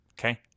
Okay